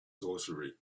sorcery